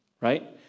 right